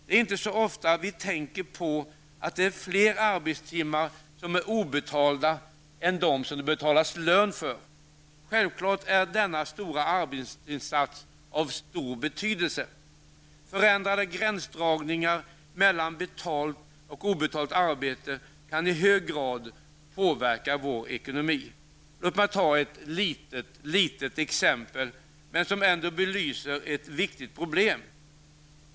Det är inte så ofta vi tänker på att de obetalda arbetstimmarna är fler en de timmar som det betalas lön för. Självfallet är denna stora arbetsinsats av stor betydelse. Förändrade gränsdragningar mellan betalt och obetalt arbete kan i hög grad påverka vår ekonomi. Låt mig ta ett litet exempel som ändå belyser ett viktigt problem.